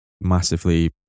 massively